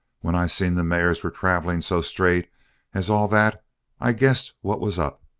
when i seen the mares were traveling so straight as all that i guessed what was up.